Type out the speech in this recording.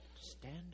Stand